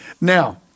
Now